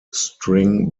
string